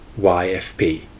YFP